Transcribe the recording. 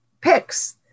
picks